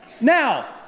Now